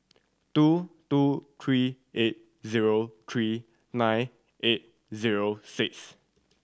two two three eight zero three nine eight zero six